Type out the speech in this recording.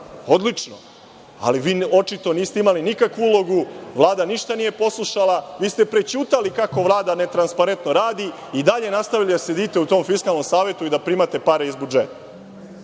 odlično. Ali vi očito niste imali nikakvu ulogu, Vlada ništa nije poslušala, vi ste prećutali kako Vlada netransparentno radi i dalje nastavljate da sedite u tom Fiskalnom savetu i da primate pare iz budžeta. Ovih